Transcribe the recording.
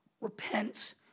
Repent